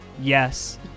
yes